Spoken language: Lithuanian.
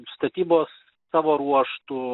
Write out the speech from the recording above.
statybos savo ruožtu